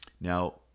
Now